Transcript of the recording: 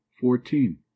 fourteen